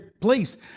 place